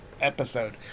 episode